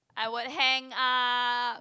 I would hang up